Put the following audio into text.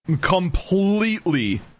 completely